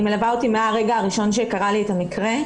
היא מלווה אותי מהרגע הראשון שקרה לי המקרה.